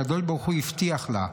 הקדוש ברוך הוא הבטיח לה,